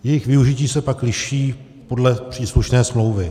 Jejich využití se pak liší podle příslušné smlouvy.